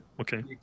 Okay